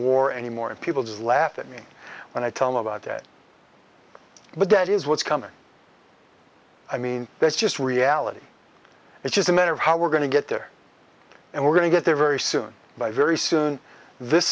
war anymore and people just laugh at me when i tell about it but that is what's coming i mean that's just reality it's just a matter of how we're going to get there and we're going to get there very soon by very soon this